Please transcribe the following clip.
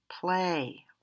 play